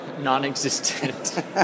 non-existent